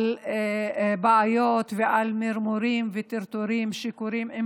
לבעיות ולמרמורים וטרטורים שקורים עם